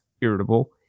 irritable